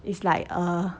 it's like uh